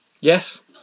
Yes